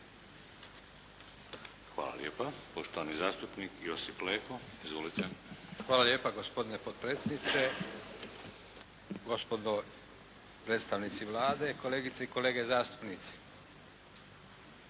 Hvala lijepa. Poštovani zastupnik Josip Leko. Izvolite. **Leko, Josip (SDP)** Hvala lijepo gospodine potpredsjedniče, gospodo predstavnici Vlade, kolegice i kolege zastupnici.